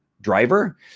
driver